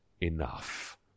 enough